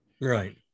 Right